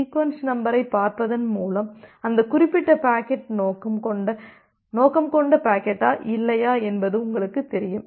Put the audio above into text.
sequence நம்பரைப் பார்ப்பதன் மூலம் அந்த குறிப்பிட்ட பாக்கெட் நோக்கம் கொண்ட பாக்கெட்டா இல்லையா என்பது உங்களுக்குத் தெரியும்